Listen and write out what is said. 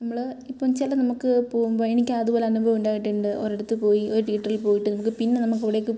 നമ്മൾ ഇപ്പോൾ ചില നമുക്ക് പോകുമ്പോൾ എനിക്ക് അത്പോലെ അനുഭവം ഉണ്ടായിട്ടുണ്ട് ഒരിടത്ത് പോയി ഒരു തീയറ്ററിൽ പോയിട്ട് നമുക്ക് പിന്നെ നമുക്ക് അവിടേയ്ക്ക്